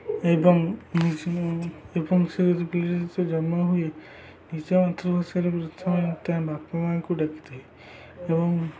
ଏବଂ ଏବଂ ସେ ଜନ୍ମ ହୁଏ ନିଜ ମାତୃଭାଷାରେ ପ୍ରଥମେ ତା ବାପା ମାଆଙ୍କୁ ଡାକିଥାଏ ଏବଂ